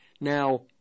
Now